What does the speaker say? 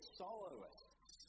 soloists